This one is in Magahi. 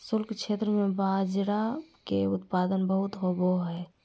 शुष्क क्षेत्र में बाजरा के उत्पादन बहुत होवो हय